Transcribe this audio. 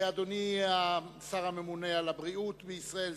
ואדוני השר הממונה על הבריאות בישראל,